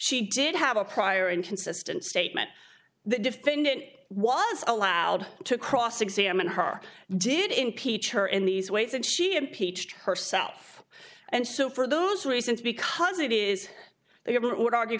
she did have a prior inconsistent statement the defendant was allowed to cross examine her did impeach her in these ways and she impeached herself and so for those reasons because it is the government would argue